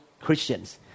Christians